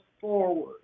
forward